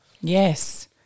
Yes